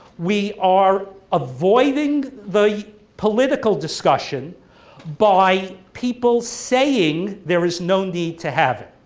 we are avoiding the political discussion by people saying there is no need to have it.